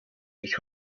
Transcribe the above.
sich